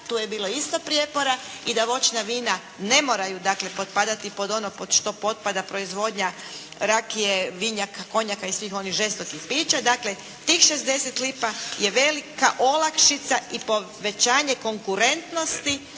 tu je bilo isto prijepora i da voćna vina ne moraju dakle potpadati pod ono pod što potpada proizvodnja rakije, vinjaka, konjaka i svih onih žestokih pića, dakle tih 60 lipa je velika olakšica i povećanje konkurentnosti